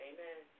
Amen